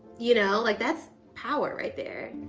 you know, like that's power right there.